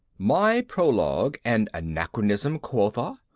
my prologue an anachronism, quotha!